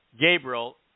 Gabriel